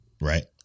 right